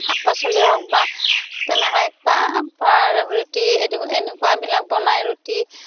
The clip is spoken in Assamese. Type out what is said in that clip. শাক পাচলিয়ে হওক বা তেনেকুৱাই কিবা ৰুটি এনেকুৱাবিলাক বনাই ৰুটি